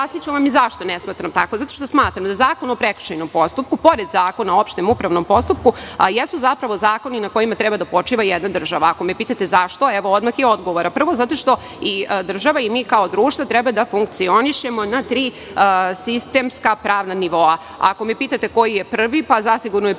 Objasniću vam i zašto ne smatram tako. Zato što smatram da Zakon o prekršajnom postupku, pored Zakona o opštem upravnom postupku jesu, zapravo, zakoni na kojima treba da počiva jedna država. Ako me pitate - zašto? Evo odmah i odgovora. Prvo zato što država i mi kao društvo treba da funkcionišemo na tri sistemska pravna nivoa. Ako me pitate - koji je prvi? Zasigurno je prvi